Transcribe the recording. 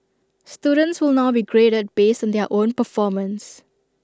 students will now be graded based on their own performance